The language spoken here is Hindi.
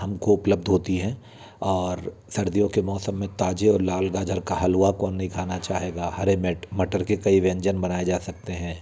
हम को उपलब्ध होती हैं और सर्दियों के मौसम में ताज़े और लाल गाजर का हलवा कौन नहीं खाना चाहेगा हरे मैट मटर के कई व्यंजन बनाए जा सकते हैं